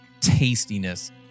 tastiness